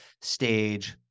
stage